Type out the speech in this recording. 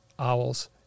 owls